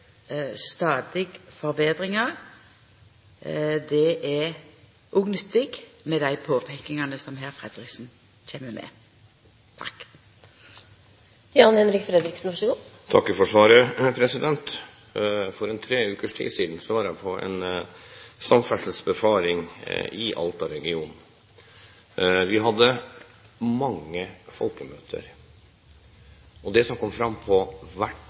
stadig forbetringar. Det er òg nyttig med dei påpeikingane som Fredriksen her kjem med. Jeg takker for svaret. For tre ukers tid siden var jeg på en samferdselsbefaring i Alta-regionen. Vi hadde mange folkemøter. Det som kom fram på hvert